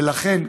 ולכן,